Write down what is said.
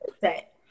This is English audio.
set